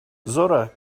zora